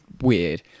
weird